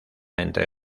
entre